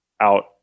out